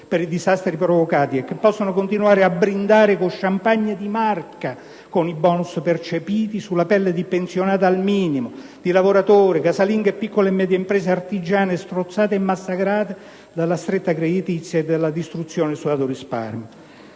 per i disastri provocati e che possono continuare a brindare con *champagne* di marca con i *bonus* percepiti sulla pelle di pensionati al minimo, di lavoratori, casalinghe e piccole e medie imprese artigiane strozzate e massacrate dalla stretta creditizia e dalla distruzione del sudato risparmio.